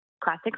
classic